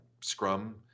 Scrum